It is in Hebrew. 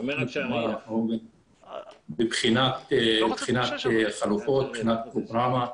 --- בבחינת חלופות, מבחינת פרוגרמה.